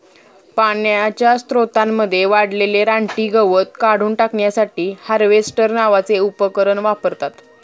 पाण्याच्या स्त्रोतांमध्ये वाढलेले रानटी गवत काढून टाकण्यासाठी हार्वेस्टर नावाचे उपकरण वापरतात